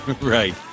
right